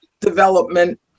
development